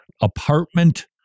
apartment